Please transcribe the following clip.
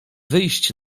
wyjść